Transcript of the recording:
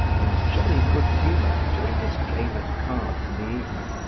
and jolly good humour during his game at cards in the evening,